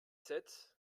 sept